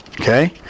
Okay